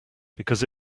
because